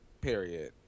Period